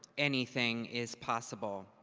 anything is possible.